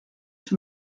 chez